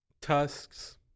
tusks